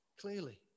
clearly